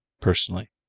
personally